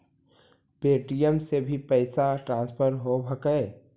Paytm से भी पैसा ट्रांसफर होवहकै?